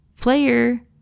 player